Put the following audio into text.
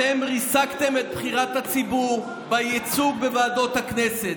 אתם ריסקתם את בחירת הציבור בייצוג בוועדות הכנסת.